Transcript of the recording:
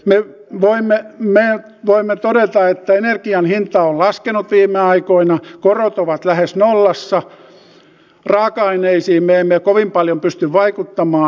me voimme todeta että energian hinta on laskenut viime aikoina korot ovat lähes nollassa raaka aineisiin me emme kovin paljon pysty vaikuttamaan